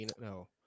no